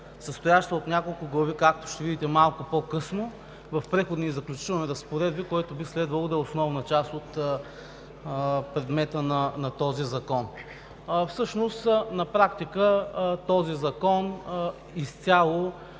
състоящ се от няколко глави, както ще видите малко по-късно в Преходните и заключителни разпоредби, който би следвало да е основна част от предмета на този закон. Всъщност на практика този закон изцяло